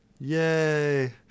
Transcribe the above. Yay